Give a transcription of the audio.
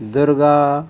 Durga